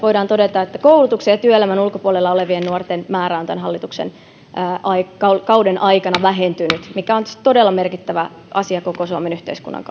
voidaan todeta että koulutuksen ja työelämän ulkopuolella olevien nuorten määrä on tämän hallituskauden aikana vähentynyt mikä on todella merkittävä asia koko suomen yhteiskunnan